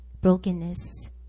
Brokenness